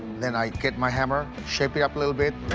then i get my hammer, shape it up a little bit.